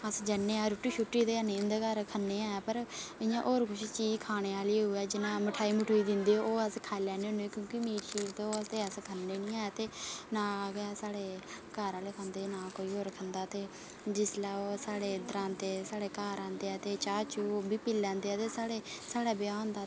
अस जन्ने आं ते रुट्टी ते निं खन्ने आं पर होर जि'यां कोई चीज़ खानै आह्ली होऐ जि'यां मठाई दिंदे न ते ओह् अस खाई लैन्न होन्ने ते मीट अस खन्नै निं होन्ने ते ना गैसाढ़े घर आह्ले खंदे ते ना कोई होर खंदा ते जिसलै इद्धर आंदे साढ़े घर आंदे ते चाह् पी लैंदे साढ़े ब्याह् होंदा ते